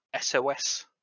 SOS